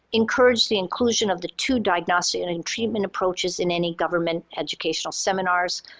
encourage the inclusion of the two diagnostic and and treatment approaches in any government educational seminars,